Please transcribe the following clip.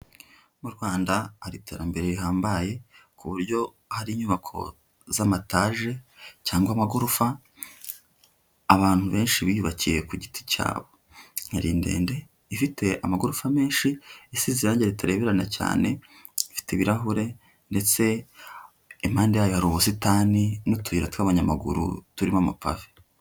Mu Rwanda hari iterambere rihambaye ku buryo hari inyubako z'amataje cyangwa amagorofa abantu benshi biyubakiye ku giti cyabo, hari ndende ifite amagorofa menshi, isize iringe ritareberana cyane, zifite ibirahure ndetse impande yayo hari ubusitani n'utuyira tw'abanyamaguru turimo amapave.